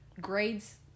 grades